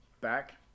back